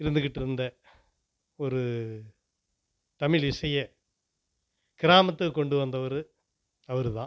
இருந்துக்கிட்டிருந்த ஒரு தமிழ் இசையை கிராமத்துக்கு கொண்டு வந்தவர் அவர் தான்